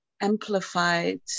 amplified